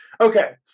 Okay